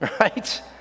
Right